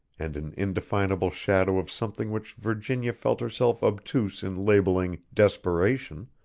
and an indefinable shadow of something which virginia felt herself obtuse in labelling desperation,